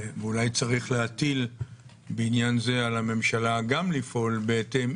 ואולי צריך להטיל בעניין הזה על הממשלה גם לפעול בהתאם,